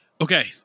Okay